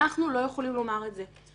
אנחנו לא יכולים לומר את זה.